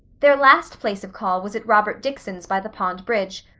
their last place of call was at robert dickson's by the pond bridge.